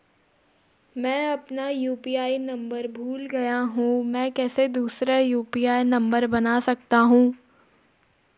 मैं अपना UPI number भूल गया हूँ मैं कैसे दूसरा यु.पी.आई नम्बर बना सकता हूँ?